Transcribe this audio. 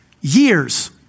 years